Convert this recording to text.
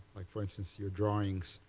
like, for instance, your drawings,